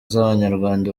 z’abanyarwanda